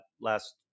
last